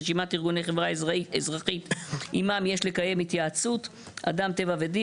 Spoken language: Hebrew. רשימת ארגוני חברה אזרחית עימם יש לקיים התייעצות - "אדם טבע ודין",